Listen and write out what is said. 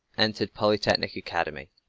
entered polytechnic academy.